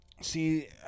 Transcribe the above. See